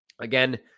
Again